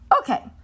Okay